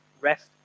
Rest